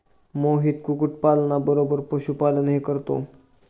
मोहित कुक्कुटपालना बरोबर पशुपालनही करतो